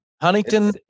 Huntington